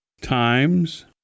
times